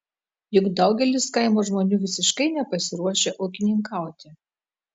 juk daugelis kaimo žmonių visiškai nepasiruošę ūkininkauti